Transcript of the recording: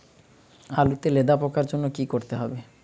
আলুতে লেদা পোকার জন্য কি করতে হবে?